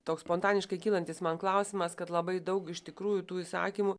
toks spontaniškai kylantis man klausimas kad labai daug iš tikrųjų tų įsakymų